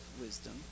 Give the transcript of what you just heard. wisdom